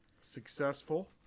Successful